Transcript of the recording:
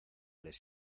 les